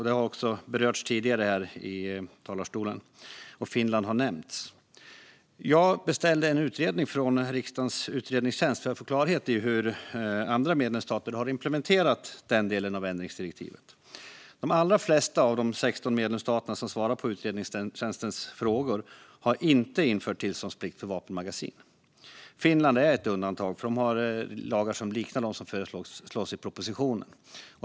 Det har också berörts tidigare här i talarstolen, och Finland har nämnts. Jag beställde en utredning från riksdagens utredningstjänst för att få klarhet i hur andra medlemsstater har implementerat den delen av ändringsdirektivet. De allra flesta av de 16 medlemsstater som svarat på utredningstjänstens frågor har inte infört tillståndsplikt för vapenmagasin. Finland är ett undantag, för de har lagar som liknar de som föreslås i propositionen.